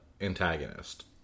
antagonist